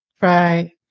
Right